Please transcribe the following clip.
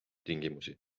tingimusi